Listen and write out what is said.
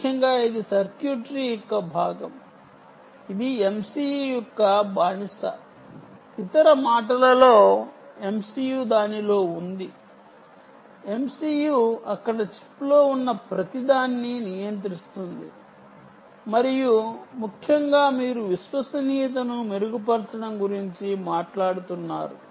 ముఖ్యంగా ఇది సర్క్యూట్రీ యొక్క భాగం ఇది MCU యొక్క బానిస ఇతర మాటలలో MCU దానిలో ఉంది MCU అక్కడ చిప్లో ఉన్న ప్రతిదాన్ని నియంత్రిస్తుంది మరియు ముఖ్యంగా మీరు విశ్వసనీయతను మెరుగుపరచడం గురించి మాట్లాడుతున్నారు